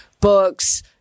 books